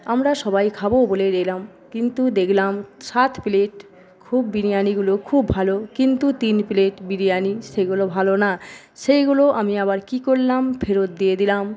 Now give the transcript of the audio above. আমরা সবাই খাবো বলে নিলাম কিন্তুই দেখলাম সাত প্লেট খুব বিরিয়ানিগুলো খুব ভালো কিন্তু তিন প্লেট বিরিয়ানি সেগুলো ভালো না সেইগুলো আমি আবার কি করলাম ফেরত দিয়ে দিলাম